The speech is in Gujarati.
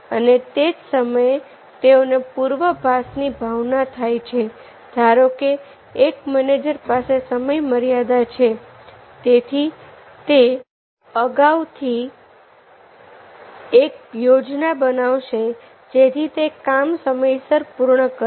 અને તે જ સમયે તેઓને પૂર્વ ભાસ ની ભાવના થાય છે ધારો કે એક મેનેજર પાસે સમય મર્યાદા છે તેથી તે અગાઉથી એક યોજના બનાવશે જેથી તે કામ સમયસર પૂર્ણ કરે